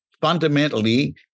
fundamentally